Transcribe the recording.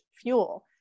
fuel